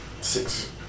Six